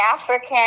African